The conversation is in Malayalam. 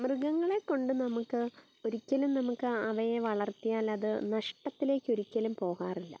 മൃഗങ്ങളെ കൊണ്ട് നമുക്ക് ഒരിക്കലും നമുക്ക് അവയെ വളർത്തിയാലത് നഷ്ടത്തിലെക്കൊരിക്കലും പോകാറില്ല